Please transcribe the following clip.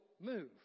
move